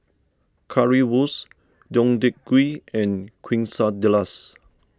Currywurst Deodeok Gui and Quesadillas